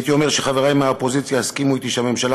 הייתי אומר שחברי מהאופוזיציה יסכימו אתי שהממשלה